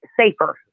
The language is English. safer